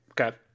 Okay